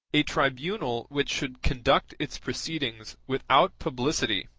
a tribunal which should conduct its proceedings without publicity,